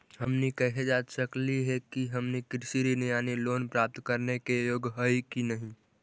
हमनी कैसे जांच सकली हे कि हमनी कृषि ऋण यानी लोन प्राप्त करने के योग्य हई कि नहीं?